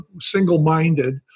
single-minded